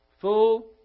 full